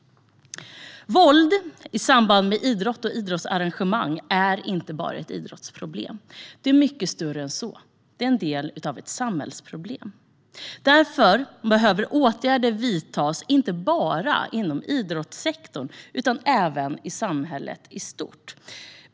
Våld i samband med idrott och idrottsarrangemang är inte bara ett idrottsproblem. Det är mycket större än så; det är en del av ett samhällsproblem. Därför behöver åtgärder vidtas inte bara inom idrottssektorn utan även i samhället i stort.